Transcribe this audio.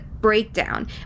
breakdown